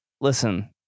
listen